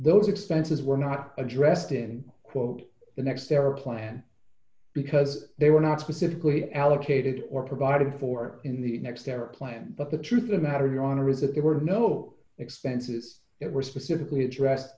those expenses were not addressed in quote the next era plan because they were not specifically allocated or provided for in the next hour or planned but the truth of a matter of your honor is that there were no expenses it were specifically address